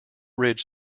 ridge